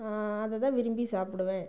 அதைதான் விரும்பி சாப்பிடுவேன்